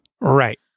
Right